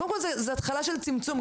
-- שקודם כול זו התחלה של צמצום,